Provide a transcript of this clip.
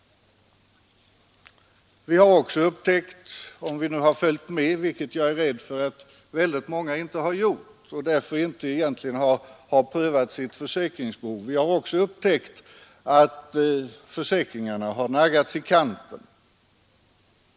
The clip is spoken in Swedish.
Vi har också upptäckt — om vi följt med, vilket jag är rädd för att väldigt många inte gjort och därför inte heller har prövat sitt försäkringsbehov — att försäkringarna har naggats i kanten.